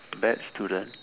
bad student